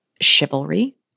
chivalry